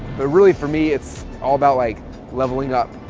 but really for me, it's all about like leveling up.